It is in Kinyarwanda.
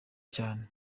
cyane